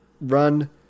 run